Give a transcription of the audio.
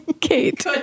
Kate